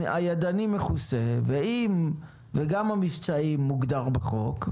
הידני מכוסה וגם המבצעי מוגדר בחוק.